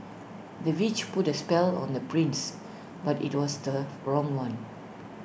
the witch put A spell on the prince but IT was the wrong one